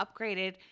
upgraded